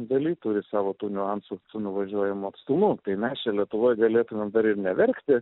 daly turi savo tų niuansų su nuvažiuojamu atstumu tai mes čia lietuvoj galėtumėm dar ir neverkti